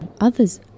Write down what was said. Others